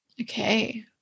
Okay